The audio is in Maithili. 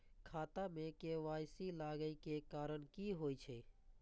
खाता मे के.वाई.सी लागै के कारण की होय छै?